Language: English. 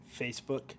Facebook